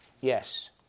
Yes